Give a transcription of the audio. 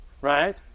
Right